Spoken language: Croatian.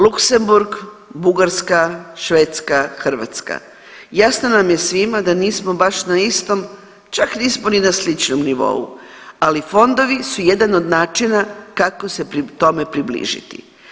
Luksemburg, Bugarska, Švedska, Hrvatska jasno nam je svima da nismo baš na istom čak nismo ni na sličnom nivou, ali fondovi su jedan od načina kako se tome približiti.